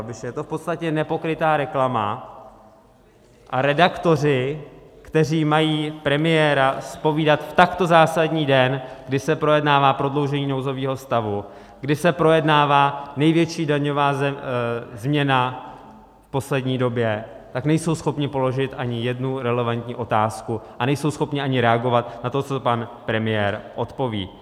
Je to v podstatě nepokrytá reklama a redaktoři, kteří mají premiéra zpovídat v takto zásadní den, kdy se projednává prodloužení nouzového stavu, kdy se projednává největší daňová změna v poslední době, nejsou schopni položit ani jednu relevantní otázku a nejsou schopni ani reagovat na to, co pan premiér odpoví.